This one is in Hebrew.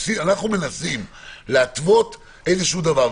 אנחנו מנסים להתוות איזשהו דבר.